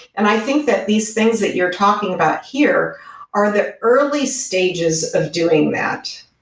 and i think that these things that you're talking about here are the early stages of doing that.